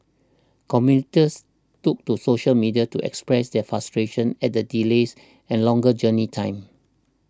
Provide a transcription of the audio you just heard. commuters took to social media to express their frustration at the delays and longer journey time